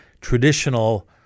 traditional